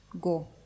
go